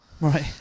Right